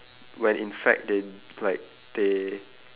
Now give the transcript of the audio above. when in fact they like they